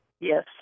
yes